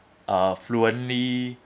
uh fluently